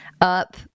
up